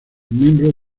miembro